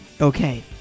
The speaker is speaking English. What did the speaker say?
Okay